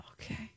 Okay